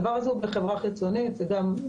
הדבר הזה הוא בפיתוח של חברה חיצונית עם ההגדרות